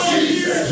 Jesus